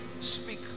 speak